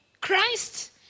Christ